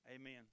amen